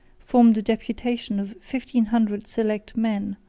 formed a deputation of fifteen hundred select men,